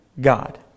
God